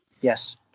Yes